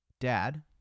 Dad